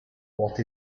what